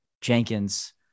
jenkins